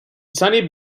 sunny